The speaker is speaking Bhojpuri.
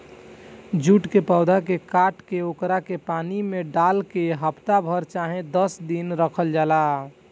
जूट के पौधा के काट के ओकरा के पानी में डाल के हफ्ता भर चाहे दस दिन रखल जाला